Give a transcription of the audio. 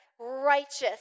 righteous